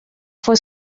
fue